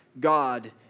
God